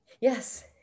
Yes